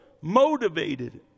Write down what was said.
motivated